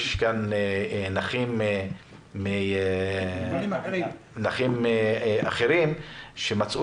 יש כאן נכים מארגונים אחרים שמצאו